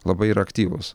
labai yra aktyvūs